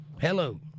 hello